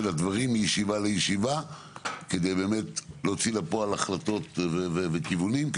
הדברים מישיבה לישיבה כדי להוציא לפועל החלטות וכיוונים,